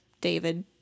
david